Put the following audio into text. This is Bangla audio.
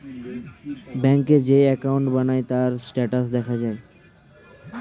ব্যাংকে যেই অ্যাকাউন্ট বানায়, তার স্ট্যাটাস দেখা যায়